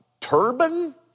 turban